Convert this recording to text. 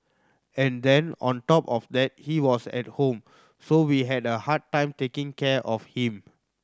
and then on top of that he was at home so we had a hard time taking care of him